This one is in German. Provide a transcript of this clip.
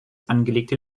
angelegte